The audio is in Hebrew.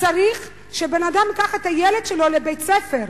צריך שבן-אדם ייקח את הילד שלו לבית-ספר.